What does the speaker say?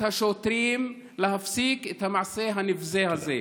השוטרים להפסיק את המעשה הנבזה הזה.